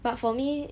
but for me